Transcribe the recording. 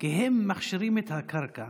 כי הם מכשירים את הקרקע